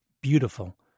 beautiful